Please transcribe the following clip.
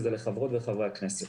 וזה לחברות וחברי הכנסת.